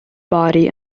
body